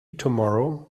tomorrow